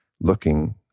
looking